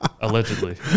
allegedly